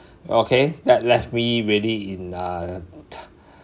okay that left me really in uh